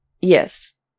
Yes